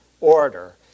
order